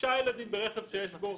שישה ילדים ברכב שיש בו שמונה מקומות.